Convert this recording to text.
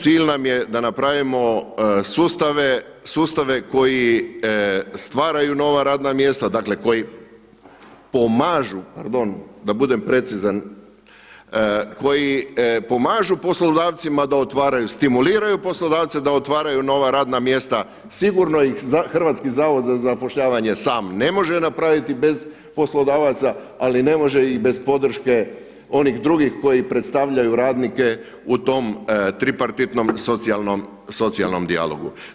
Cilj nam je da napravimo sustave koji stvaraju nova radna mjesta, dakle koji pomažu, pardon, da budem precizan, koji pomažu poslodavcima da otvaraju, stimuliraju poslodavce da otvaraju nova radna mjesta, sigurno ih Hrvatski zavod za zapošljavanje ne može napraviti bez poslodavaca ali ne može i bez podrške onih drugih koji predstavljaju radnike u tom tripartitnom socijalnom dijalogu.